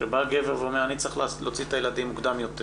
שבא הגבר ואומר: אני צריך להוציא את הילדים מוקדם יותר